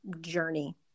journey